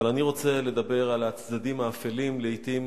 אבל אני רוצה לדבר על הצדדים האפלים לעתים